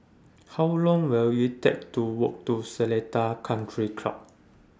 How Long Will IT Take to Walk to Seletar Country Club